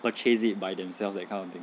purchase it by themselves that kind of thing